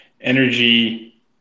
energy